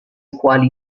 quali